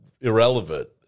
irrelevant